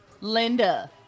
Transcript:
linda